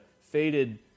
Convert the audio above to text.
faded